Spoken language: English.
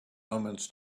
omens